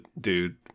dude